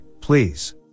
please